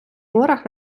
горах